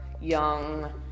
Young